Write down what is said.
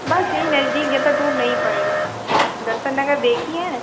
बस ये नजदीक ज़्यादा दूर नहीं पड़ेगा दर्शन नगर देखी है